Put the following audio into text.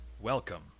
Welcome